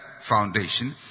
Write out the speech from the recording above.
foundation